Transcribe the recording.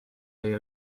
leia